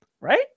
right